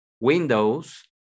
windows